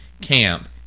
camp